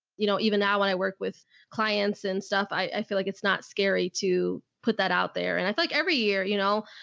you know, even now when i work with clients and stuff, i feel like it's not scary to put that out there. and i feel like every year, you know,